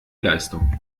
leistung